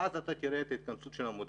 ואז אתה תראה את ההתכנסות של המודל.